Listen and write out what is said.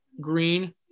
green